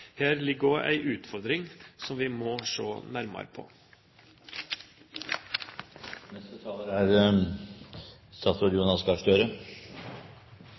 Her ligger det også en utfordring som vi må se nærmere på. Dette er